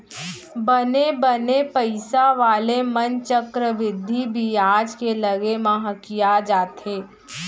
बने बने पइसा वाले मन चक्रबृद्धि बियाज के लगे म हकिया जाथें